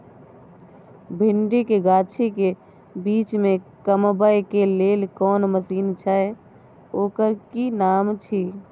भिंडी के गाछी के बीच में कमबै के लेल कोन मसीन छै ओकर कि नाम छी?